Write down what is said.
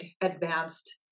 advanced